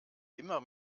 immer